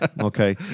okay